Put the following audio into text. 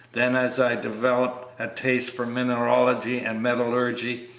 then, as i developed a taste for mineralogy and metallurgy,